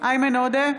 איימן עודה,